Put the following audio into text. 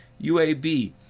UAB